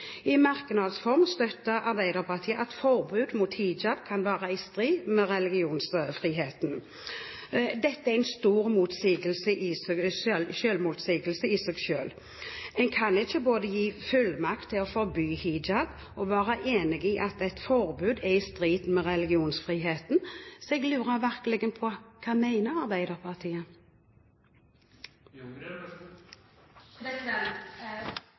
merknads form støtter Arbeiderpartiet at forbud mot hijab kan være i strid med religionsfriheten. Dette er en stor selvmotsigelse i seg selv. En kan ikke både gi fullmakt til å forby hijab og være enig i at et forbud er i strid med religionsfriheten. Så jeg lurer virkelig på: Hva mener Arbeiderpartiet?